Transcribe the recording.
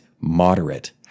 moderate